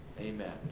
Amen